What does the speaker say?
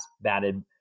batted